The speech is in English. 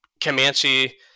Comanche